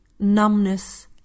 numbness